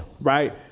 right